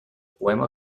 poema